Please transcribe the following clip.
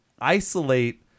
isolate